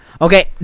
Okay